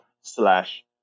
slash